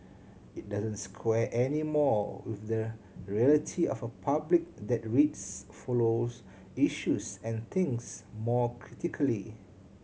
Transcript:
it doesn't square anymore with the reality of a public that reads follows issues and thinks more critically